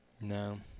No